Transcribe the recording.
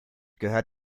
gehört